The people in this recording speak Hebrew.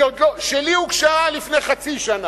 שלי הוגשה לפני חצי שנה.